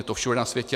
Je to všude na světě.